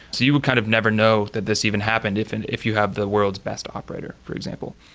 you would kind of never know that this even happened if and if you have the world's best operator, for example.